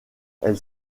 elle